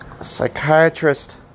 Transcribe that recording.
psychiatrist